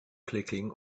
clicking